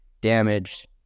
damaged